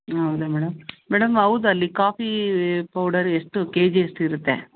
ಹೌದಾ madam madam ಹೌದಲ್ಲಿ coffee powder ಎಷ್ಟು ಕೆ ಜಿ ಎಷ್ಟಿರುತ್ತೆ